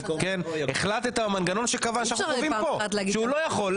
החלטת המנגנון שקבע שהוא לא יכול,